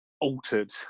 altered